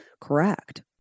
correct